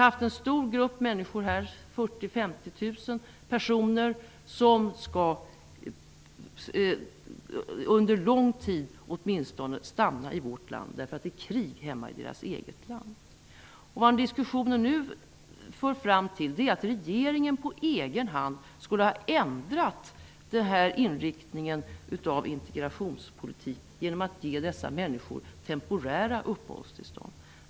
Nu har vi en stor grupp människor här, 40 000-- 50 000 personer, som skall stanna i vårt land under lång tid därför att det är krig hemma i deras eget land. Diskussionen för nu fram till att regeringen på egen hand skulle ha ändrat inriktningen av integrationspolitiken genom att ge dessa människor temporära uppehållstillstånd.